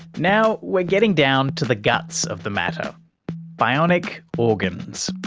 now we're getting down to the guts of the matter bionic organs.